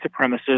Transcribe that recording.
supremacists